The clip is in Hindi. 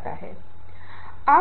नहीं है